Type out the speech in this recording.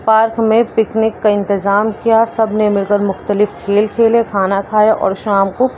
park میں picnic کا انتظام کیا سب نے مل کر مختلف کھیل کھیلے کھانا کھایا اور شام کو